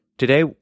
Today